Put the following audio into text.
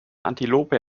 antilope